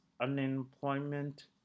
unemployment